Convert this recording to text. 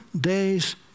day's